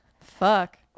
Fuck